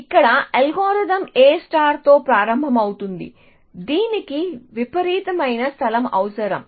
ఇక్కడ algorithm A తో ప్రారంభమవుతుంది దీనికి విపరీతమైన స్థలం అవసరం